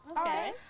Okay